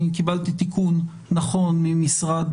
אני קיבלתי תיקון נכון ממשרד